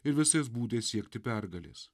ir visais būdais siekti pergalės